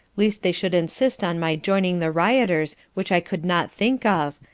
least they should insist on my joining the rioters which i could not think of,